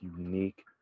unique